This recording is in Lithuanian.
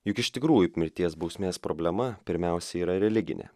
juk iš tikrųjų mirties bausmės problema pirmiausia yra religinė